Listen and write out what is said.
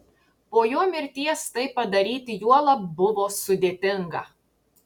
po jo mirties tai padaryti juolab buvo sudėtinga